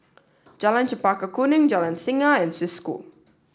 Jalan Chempaka Kuning Jalan Singa and Swiss School